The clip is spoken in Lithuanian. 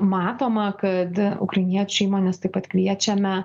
matoma kad ukrainiečių įmones taip pat kviečiame